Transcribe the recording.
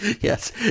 Yes